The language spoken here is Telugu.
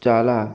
చాలా